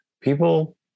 people